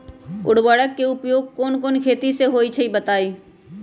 उर्वरक के उपयोग कौन कौन खेती मे होई छई बताई?